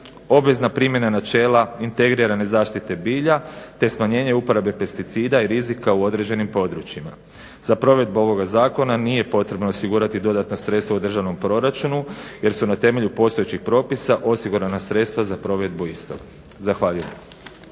obvezna primjena načela integrirane zaštite bilja te smanjenje uporabe pesticida i rizika u određenim područjima. Za provedbu ovoga Zakona nije potrebno osigurati dodatna sredstva u državnom proračunu jer su na temelju postojećih propisa osigurana sredstva za provedbu istog. Zahvaljujem.